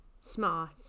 smart